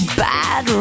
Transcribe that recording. bad